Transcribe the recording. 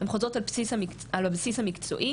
הן חוזרות על הבסיס המקצועי,